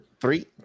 three